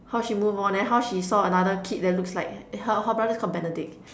how she move on then how she saw another kid that looks like her her brother is called Benedict